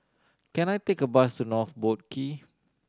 can I take a bus to North Boat Quay